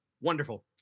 Wonderful